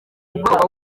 mugoroba